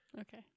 okay